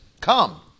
come